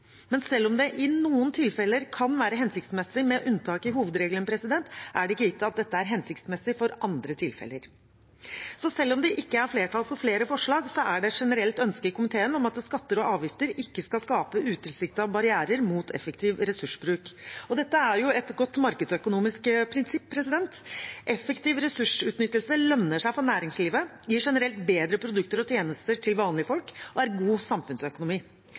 Men selv om det i noen tilfeller kan være hensiktsmessig med unntak i hovedregelen, er det ikke gitt at dette er hensiktsmessig for andre tilfeller. Så selv om det ikke er flertall for flere forslag, er det et generelt ønske i komiteen om at skatter og avgifter ikke skal skape utilsiktede barrierer mot effektiv ressursbruk. Dette er jo et godt markedsøkonomisk prinsipp. Effektiv ressursutnyttelse lønner seg for næringslivet, gir generelt bedre produkter og tjenester til vanlige folk og er god samfunnsøkonomi.